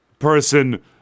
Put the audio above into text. person